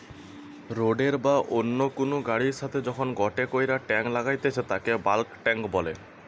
রোডের বা অন্য কুনু গাড়ির সাথে যখন গটে কইরা টাং লাগাইতেছে তাকে বাল্ক টেংক বলে